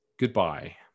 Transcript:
Goodbye